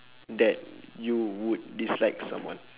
that you would dislike someone